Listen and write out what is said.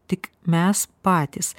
tik mes patys